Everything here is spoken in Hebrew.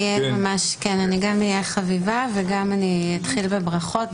אני גם אהיה חביבה, וגם אני אתחיל בברכות.